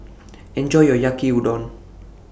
Enjoy your Yaki Udon